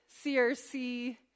CRC